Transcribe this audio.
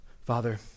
Father